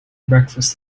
breakfast